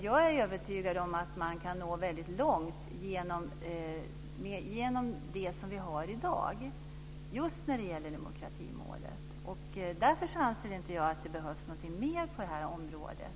Jag är övertygad om att man kan nå väldigt långt med det som i dag gäller beträffande demokratimålet. Jag anser därför att det inte behövs något mer på det här området.